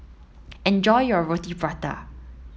enjoy your Roti Prata